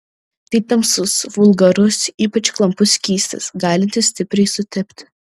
tai tamsus vulgarus ypač klampus skystis galintis stipriai sutepti